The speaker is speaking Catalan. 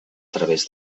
través